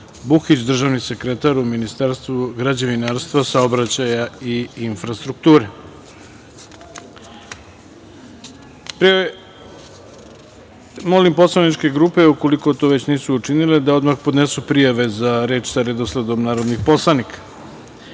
Buhić, državni sekretar u Ministarstvu građevinarstva, saobraćaja i infrastrukture. Molim poslaničke grupe, ukoliko to već nisu učinile, da odmah podnesu prijave za reč sa redosledom narodnih poslanika. Saglasno